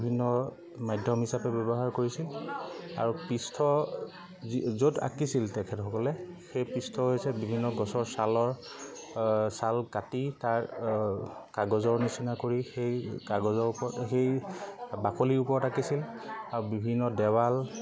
বিভিন্ন মাধ্যম হিচাপে ব্যৱহাৰ কৰিছিল আৰু পৃষ্ঠ যি য'ত আঁকিছিল তেখেতসকলে সেই পৃষ্ঠ হৈছে বিভিন্ন গছৰ ছালৰ ছাল কাটি তাৰ কাগজৰ নিচিনা কৰি সেই কাগজৰ ওপৰত সেই বাকলিৰ ওপৰত আঁকিছিল আৰু বিভিন্ন দেৱাল